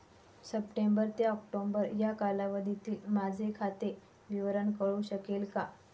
September ते October या कालावधीतील माझे खाते विवरण कळू शकेल का?